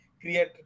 create